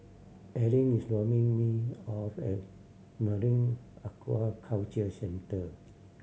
Arleen is dropping me off at Marine Aquaculture Centre